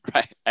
Right